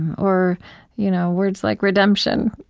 or you know words like redemption.